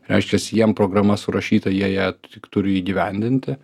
reiškias jiem programa surašyta jie ją tik turi įgyvendinti